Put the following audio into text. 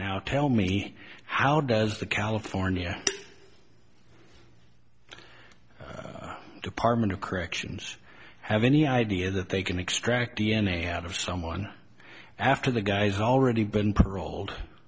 now tell me how does the california department of corrections have any idea that they can extract d n a out of someone after the guy's already been paroled